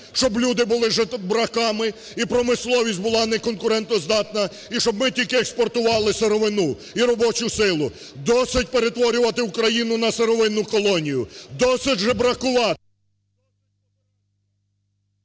щоб люди були жебраками, і промисловість була не конкурентоздатна, і щоб ми тільки експортували сировину і робочу силу. Досить перетворювати Україну на сировинну колонію. Досить жебракувати…